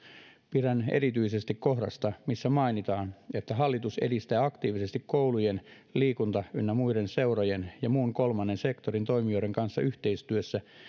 pidän erityisesti kohdasta missä mainitaan että hallitus edistää aktiivisesti koulujen liikunta ynnä muiden seurojen ja muun kolmannen sektorin toimijoiden kanssa yhteistyössä